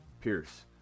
Pierce